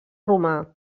romà